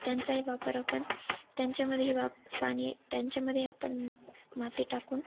त्यांचाही वापर आपण त्यांच्यामध्येही वा पाणी त्यांच्यामध्ये आपण माती टाकून